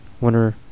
wonder